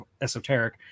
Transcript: esoteric